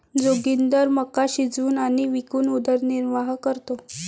जोगिंदर मका शिजवून आणि विकून उदरनिर्वाह करतो